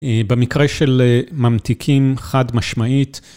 במקרה של ממתיקים חד-משמעית.